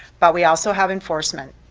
but we also have enforcement.